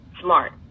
Smart